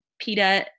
PETA